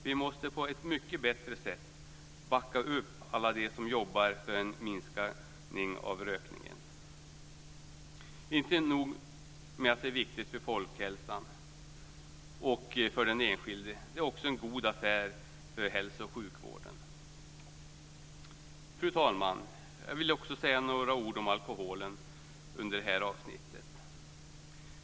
Vi måste på ett mycket bättre sätt backa upp alla dem som jobbar för en minskning av rökningen. Det är inte nog med att det är viktigt för folkhälsan och för den enskilde. Det är också en god affär för hälso och sjukvården. Fru talman! Jag vill också säga några ord om alkoholen under det här avsnittet.